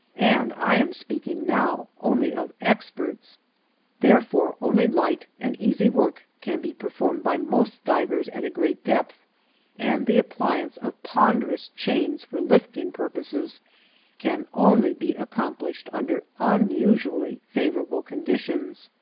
and i am speaking now only of experts therefore only light and easy work can be performed by most divers at a great depth and the appliance of ponderous chains for lifting purposes can only be accomplished under unusually favorable conditions.